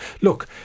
Look